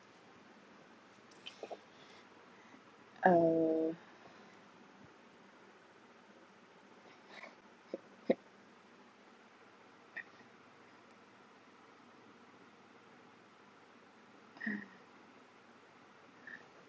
err